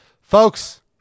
Folks